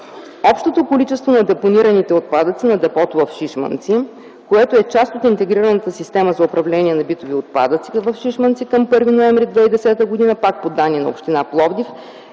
Общото количество на депонираните отпадъци на депото в Шишманци, което е част от интегрираната система за управление на битови отпадъци в Шишманци към 1 ноември 2010 г., пак по данни на община Пловдив,